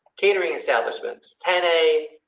catering establishments, ten a.